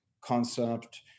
concept